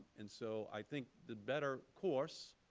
and so i think the better course,